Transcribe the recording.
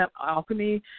alchemy